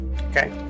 Okay